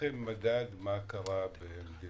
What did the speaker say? מדד מה קרה בשאר